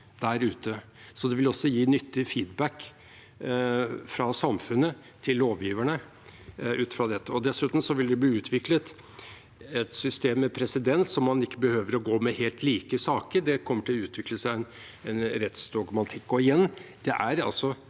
dette vil også gi nyttig feedback fra samfunnet til lovgiverne. Dessuten vil det bli utviklet et system med presedens så man ikke behøver å gå med helt like saker. Det kommer til å utvikle seg en rettsdogmatikk.